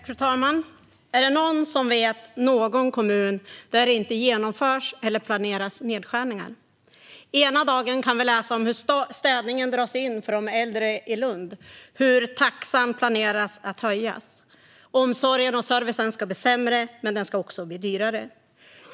Fru talman! Är det någon som vet någon kommun där det inte genomförs eller planeras nedskärningar? I dagarna kan vi läsa om hur städningen dras in för de äldre i Lund och taxan planeras höjas. Omsorgen och servicen ska bli sämre, men den ska också bli dyrare.